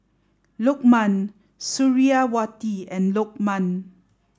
Lukman Suriawati and Lokman